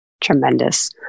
tremendous